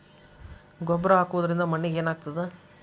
ಗೊಬ್ಬರ ಹಾಕುವುದರಿಂದ ಮಣ್ಣಿಗೆ ಏನಾಗ್ತದ?